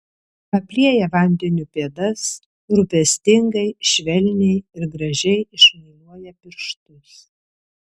aplieja vandeniu pėdas rūpestingai švelniai ir gražiai išmuiluoja pirštus